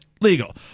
legal